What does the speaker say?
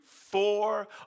four